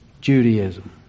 Judaism